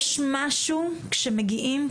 יש משהו כשמגיעים,